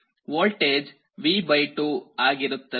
voltage V2 ಆಗಿರುತ್ತದೆ